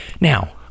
Now